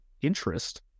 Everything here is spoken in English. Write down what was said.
interest